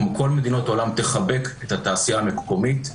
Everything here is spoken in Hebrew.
כמו כל מדינות העולם תחבק את התעשייה המקומית,